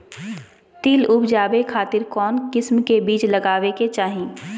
तिल उबजाबे खातिर कौन किस्म के बीज लगावे के चाही?